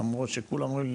למרות שכולם אומרים לי,